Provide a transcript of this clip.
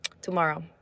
tomorrow